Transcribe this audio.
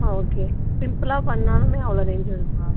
ஆ okay சிம்பிளாக பண்ணாலுமே அவ்வளோ ரேஞ்ச் வருங்களா